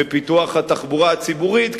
בפיתוח התחבורה הציבורית,